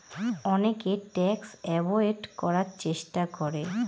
অনেকে tax avoid করার চেষ্টা করে